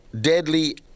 deadly